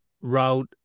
route